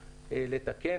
לתקן,